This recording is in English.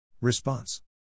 Response